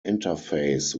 interface